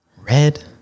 Red